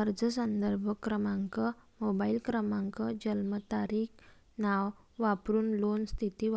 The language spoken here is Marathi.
अर्ज संदर्भ क्रमांक, मोबाईल क्रमांक, जन्मतारीख, नाव वापरून लोन स्थिती